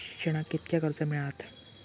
शिक्षणाक कीतक्या कर्ज मिलात?